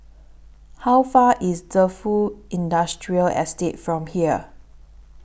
How Far IS Defu Industrial Estate from here